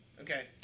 Okay